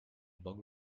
bug